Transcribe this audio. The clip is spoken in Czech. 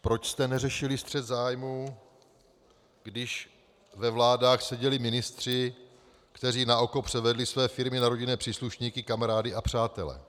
Proč jste neřešili střet zájmu, když ve vládách seděli ministři, kteří na oko převedli své firmy na rodinné příslušníky, kamarády a přátele?